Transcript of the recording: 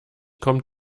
kommt